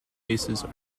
bases